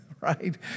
right